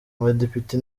abadepite